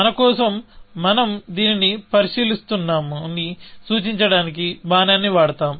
మన కోసం మనం దీనిని పరిశీలిస్తున్నామని సూచించడానికి బాణాన్ని వాడతాం